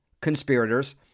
conspirators